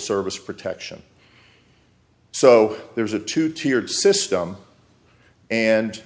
service protection so there's a two tiered system and